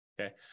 Okay